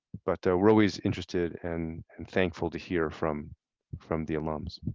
but we're always interested and and thankful to hear from from the alums.